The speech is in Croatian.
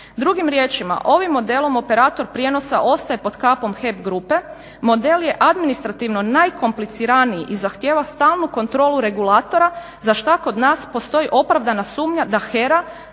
Drugim riječima, ovim modelom operator prijenosa ostaje pod kapom HEP grupe, model je administrativno najkompliciraniji i zahtijeva stalnu kontrolu regulatora za šta kod nas postoji opravdana sumnja da HERA